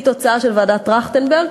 שהיא תוצאה של ועדת טרכטנברג,